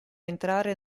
entrare